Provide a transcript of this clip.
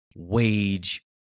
wage